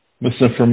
misinformation